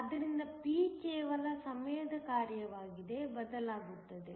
ಆದ್ದರಿಂದ p ಕೇವಲ ಸಮಯದ ಕಾರ್ಯವಾಗಿ ಬದಲಾಗುತ್ತದೆ